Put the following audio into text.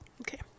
Okay